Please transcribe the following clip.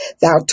thou